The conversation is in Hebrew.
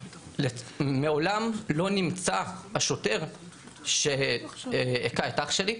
מעולם לא נמצא השוטר שהכה את אח שלי,